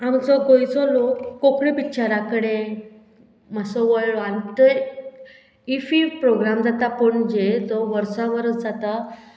आमचो गोंयचो लोक कोंकणी पिक्चरा कडे मातसो वळो आनी थंय ईफी प्रोग्राम जाता पणजे तो वर्सा वर्स जाता